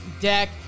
deck